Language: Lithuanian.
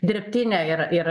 dirbtine ir ie